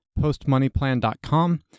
postmoneyplan.com